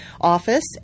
office